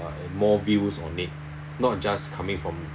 and more views on it not just coming from